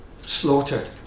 slaughtered